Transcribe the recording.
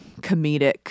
comedic